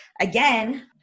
again